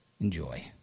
Enjoy